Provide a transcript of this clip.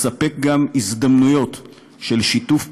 מספק גם הזדמנויות של שיתוף פעולה,